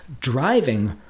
driving